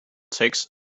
takes